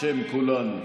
בשם כולנו.